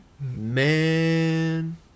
Man